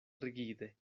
rigide